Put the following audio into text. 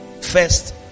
First